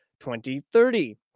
2030